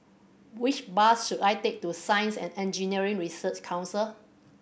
which bus should I take to Science and Engineering Research Council